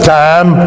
time